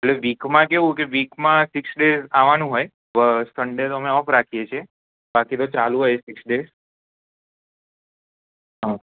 એટલે વીકમાં કેવું કે વીકમાં સિક્સ ડેય આવવાનું હોય પણ સન્ડે તો અમે ઓફ રાખીએ છીએ બાકી તો ચાલુ હોય સીક્સ ડેસ હ